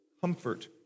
comfort